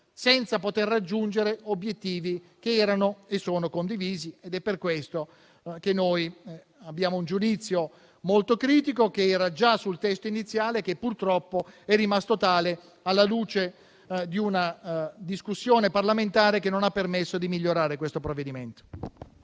senza raggiungere obiettivi che erano e che sono condivisi. È per questo che noi abbiamo un giudizio molto critico, che lo era già sul testo iniziale e che, purtroppo, è rimasto tale, alla luce di una discussione parlamentare che non ha permesso di migliorare questo provvedimento.